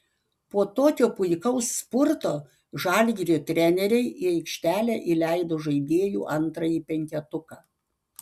po tokio puikaus spurto žalgirio treneriai į aikštelę įleido žaidėjų antrąjį penketuką